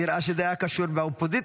נראה שזה היה קשור באופוזיציה,